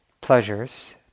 pleasures